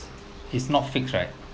is not fixed right